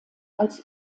als